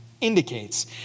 indicates